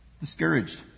discouraged